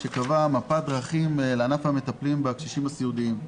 שקבעה מפת דרכים לענף המטפלים בקשישים הסיעודיים,